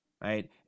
right